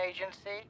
Agency